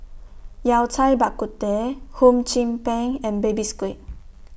Yao Cai Bak Kut Teh Hum Chim Peng and Baby Squid